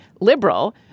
liberal